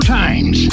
times